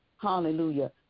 hallelujah